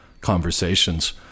conversations